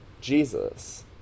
Jesus